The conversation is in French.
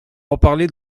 reparler